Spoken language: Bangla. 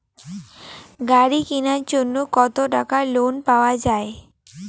গাড়ি কিনার জন্যে কতো টাকা লোন পাওয়া য়ায়?